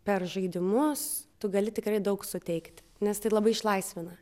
per žaidimus tu gali tikrai daug suteikti nes tai labai išlaisvina